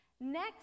next